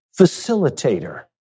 facilitator